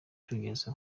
cyongereza